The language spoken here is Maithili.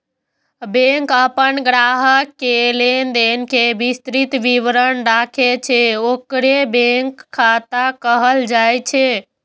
बैंक अपन ग्राहक के लेनदेन के विस्तृत विवरण राखै छै, ओकरे बैंक खाता कहल जाइ छै